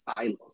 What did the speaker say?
silos